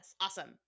awesome